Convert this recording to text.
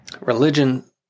Religion